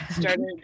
started